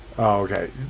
Okay